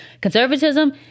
Conservatism